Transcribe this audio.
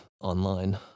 online